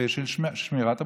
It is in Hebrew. של שמירת הבריאות,